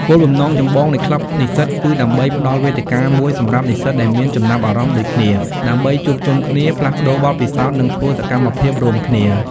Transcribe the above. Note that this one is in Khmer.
គោលបំណងចម្បងនៃក្លឹបនិស្សិតគឺដើម្បីផ្តល់វេទិកាមួយសម្រាប់និស្សិតដែលមានចំណាប់អារម្មណ៍ដូចគ្នា ដើម្បីជួបជុំគ្នា ផ្លាស់ប្តូរបទពិសោធន៍ និងធ្វើសកម្មភាពរួមគ្នា។